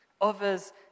Others